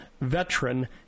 Veteran